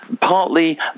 partly